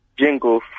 jingle